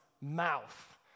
mouth